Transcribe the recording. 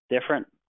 different